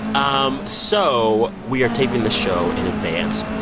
um so we are taping the show in advance.